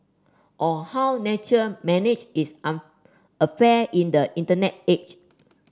on how nation manage its affair in the Internet age